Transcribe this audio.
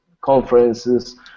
conferences